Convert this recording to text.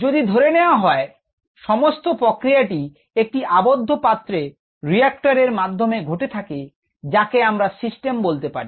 যদি ধরে নেওয়া হয় সমস্ত প্রক্রিয়াটি একটি আবদ্ধ পাত্রে রিয়েক্টর এর মাধ্যমে ঘটে যাকে আমরা সিস্টেম বলতে পারি